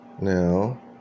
now